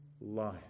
life